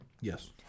Yes